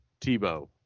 Tebow